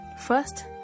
First